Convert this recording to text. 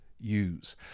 use